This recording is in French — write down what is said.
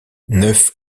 neuf